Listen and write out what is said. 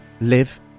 live